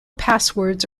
passwords